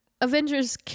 Avengers